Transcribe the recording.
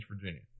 Virginia